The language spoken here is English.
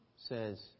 says